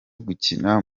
gukina